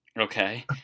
Okay